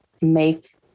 make